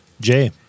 Jay